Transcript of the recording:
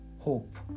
Hope